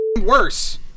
worse